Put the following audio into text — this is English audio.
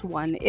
one